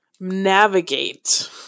navigate